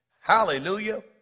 Hallelujah